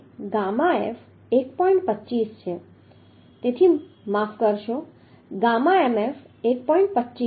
25 છે તેથી માફ કરશો ગામા mf 1